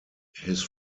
his